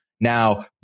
Now